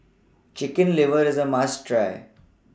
Chicken Liver IS A must Try